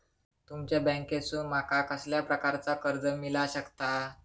तुमच्या बँकेसून माका कसल्या प्रकारचा कर्ज मिला शकता?